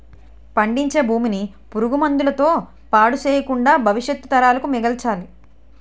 పండించే భూమిని పురుగు మందుల తో పాడు చెయ్యకుండా భవిష్యత్తు తరాలకు మిగల్చాలి